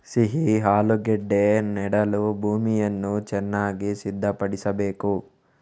ಸಿಹಿ ಆಲೂಗೆಡ್ಡೆ ನೆಡಲು ಭೂಮಿಯನ್ನು ಚೆನ್ನಾಗಿ ಸಿದ್ಧಪಡಿಸಬೇಕು